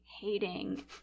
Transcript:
hating